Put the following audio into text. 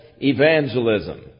evangelism